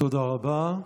תודה רבה.